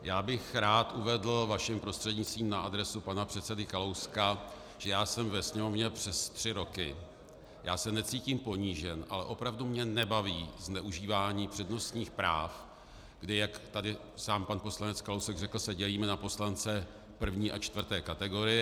Já bych rád uvedl vaším prostřednictvím na adresu pana předsedy Kalouska, že já jsem ve Sněmovně přes tři roky, necítím se ponížen, ale opravdu mě nebaví zneužívání přednostních práv, kdy jak tady sám pan poslanec Kalousek řekl se dělíme na poslance první a čtvrté kategorie.